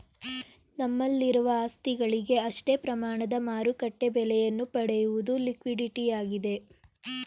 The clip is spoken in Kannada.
ನಮ್ಮಲ್ಲಿರುವ ಆಸ್ತಿಗಳಿಗೆ ಅಷ್ಟೇ ಪ್ರಮಾಣದ ಮಾರುಕಟ್ಟೆ ಬೆಲೆಯನ್ನು ಪಡೆಯುವುದು ಲಿಕ್ವಿಡಿಟಿಯಾಗಿದೆ